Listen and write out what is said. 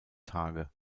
tage